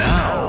Now